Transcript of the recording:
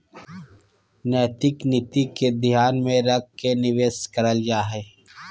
नैतिक नीति के ध्यान में रख के निवेश करल जा हइ